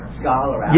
scholar